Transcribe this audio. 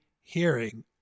hearing